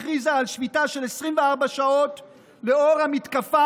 החליטה על שביתה של 24 שעות לאור המתקפה